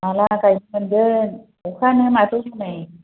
माला गाइखांगोन अखाआनो माथो हनै